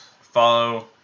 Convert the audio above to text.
follow